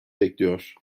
bekliyor